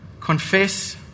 confess